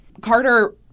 Carter